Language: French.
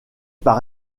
par